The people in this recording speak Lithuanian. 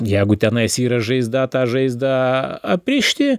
jeigu tenai yra žaizda tą žaizdą aprišti